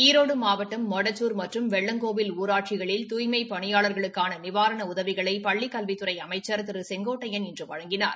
ஈரோடு மாவட்டம் மொடச்சூர் மற்றும் வெள்ளங்கோவில் ஊராட்சிகளில் தூய்மை பணியாளா்களுக்கான நிவாரண உதவிகளை பள்ளிக் கல்வித்துறை அமைச்சள் திரு செங்கோட்டையள் இன்று வழங்கினார்